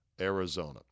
Arizona